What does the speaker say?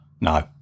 No